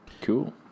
Cool